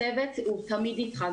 הצוות הוא תמיד איתך.